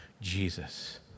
Jesus